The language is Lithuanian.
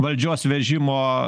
valdžios vežimo